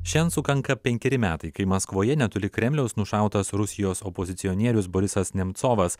šiandien sukanka penkeri metai kai maskvoje netoli kremliaus nušautas rusijos opozicionierius borisas nemcovas